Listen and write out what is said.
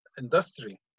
industry